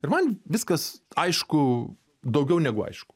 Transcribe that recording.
ir man viskas aišku daugiau negu aišku